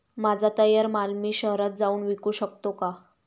माझा तयार माल मी शहरात जाऊन विकू शकतो का?